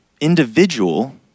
individual